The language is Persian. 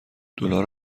دلار